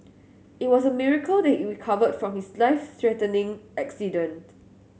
it was a miracle that he recovered from his life threatening accident